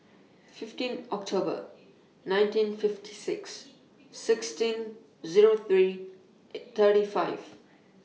fifteen October nineteen fifty six sixteen Zero three thirty five